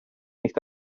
nicht